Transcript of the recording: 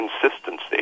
consistency